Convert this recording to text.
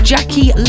Jackie